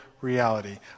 reality